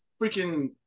freaking